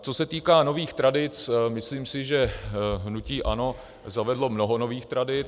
Co se týká nových tradic, myslím si, že hnutí ANO zavedlo mnoho nových tradic.